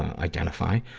identify.